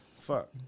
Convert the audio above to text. fuck